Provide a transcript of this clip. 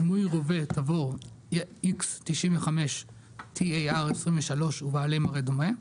דמוי רובה תבור TAR-21 ,X-95 ובעלי מראה דומה,